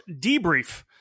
debrief